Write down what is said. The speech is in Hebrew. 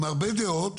עם הרבה דעות,